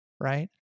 right